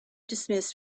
dismissed